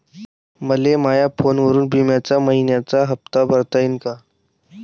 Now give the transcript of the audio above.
मले माया फोनवरून बिम्याचा मइन्याचा हप्ता भरता येते का?